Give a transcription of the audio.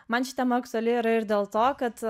man ši tema aktuali yra ir dėl to kad